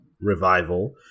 revival